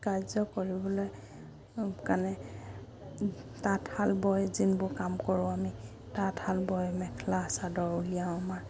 কাৰ্য কৰিবলৈ কাৰণে তাঁতশাল বয় যোনবোৰ কাম কৰোঁ আমি তাঁতশাল বয় মেখেলা চাদৰ উলিয়াওঁ আমাৰ